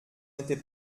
était